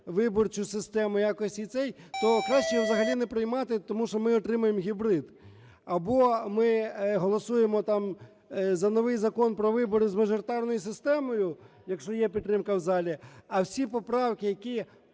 виборчу систему якось і цей… то краще його взагалі не приймати, тому що ми отримаємо гібрид. Або ми голосуємо там за новий закон про вибори з мажоритарною системою, якщо є підтримка в залі, а всі поправки, які…